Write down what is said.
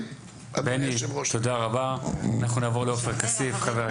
בני תודה רבה, אנחנו נעבור לחבר הכנסת עופר כסיף.